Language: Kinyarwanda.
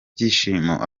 byishimo